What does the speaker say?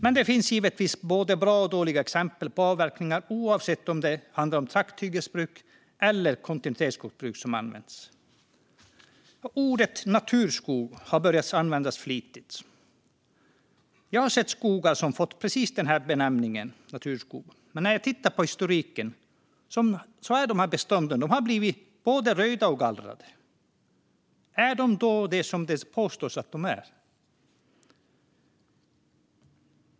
Men det finns givetvis både bra och dåliga exempel på avverkningar, oavsett om det handlar om trakthyggesbruk eller kontinuitetsskogsbruk. Ordet naturskog har börjat användas flitigt. Jag har sett skogar som har fått precis denna benämning. Men när jag tittar på historiken har dessa bestånd blivit både röjda och gallrade. Är de då det som de påstås vara?